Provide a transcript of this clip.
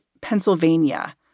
Pennsylvania